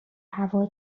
هوا